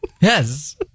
Yes